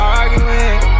arguing